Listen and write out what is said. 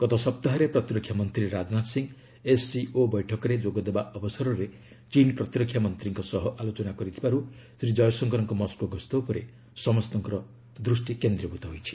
ଗତ ସପ୍ତାହରେ ପ୍ରତିରକ୍ଷାମନ୍ତ୍ରୀ ରାଜନାଥ ସିଂ ଏସ୍ସିଓ ବୈଠକରେ ଯୋଗଦେବା ଅବସରରେ ଚୀନ୍ ପ୍ରତିରକ୍ଷା ମନ୍ତ୍ରୀଙ୍କ ସହ ଆଲୋଚନା କରିଥିବାରୁ ଶ୍ରୀ ଜୟଶଙ୍କରଙ୍କ ମସ୍କୋ ଗସ୍ତ ଉପରେ ସମସ୍ତଙ୍କ ଦୃଷ୍ଟି କେନ୍ଦୀଭୂତ ହୋଇଛି